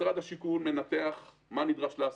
משרד השיכון מנתח מה נדרש לעשות,